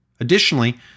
Additionally